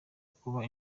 kuba